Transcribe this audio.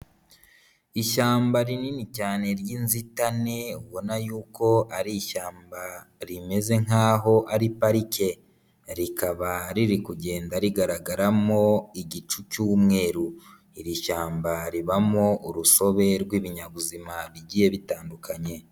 Ishyamba rinini cyane ry'inzitane ubona yuko ari ishyamba rimeze nk'aho ari parike, rikaba riri kugenda rigaragaramo igicu cy'umweru, iri shyamba ribamo urusobe rw'ibinyabuzima bigiye bitandukanye.